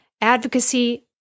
advocacy